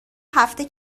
هفته